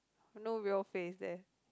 no real face there